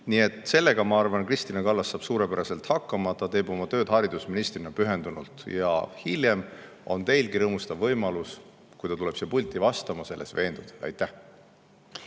Sellega, ma arvan, Kristina Kallas saab suurepäraselt hakkama, ta teeb oma tööd haridusministrina pühendunult. Ja hiljem on teilgi rõõmustav võimalus, kui ta tuleb siia pulti vastama, selles veenduda. Aitäh!